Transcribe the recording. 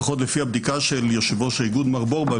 לפחות לפי הבדיקה של יושב-ראש האיגוד מר בורבא,